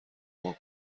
مرغ